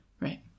Right